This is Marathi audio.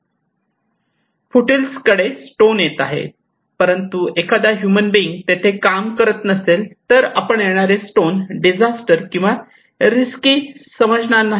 फुट हिल्स कडे स्टोन येत आहेत परंतु एखादा ह्युमन बीइंग तेथे काम करत नसेल तर आपण येणारे स्टोन डिजास्टर किंवा रिस्की समजणार नाही